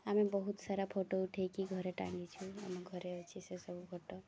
ଆମେ ବହୁତ ସାରା ଫଟୋ ଉଠାଇକି ଘରେ ଟାଙ୍ଗିଛୁ ଆମ ଘରେ ଅଛି ସେସବୁ ଫଟୋ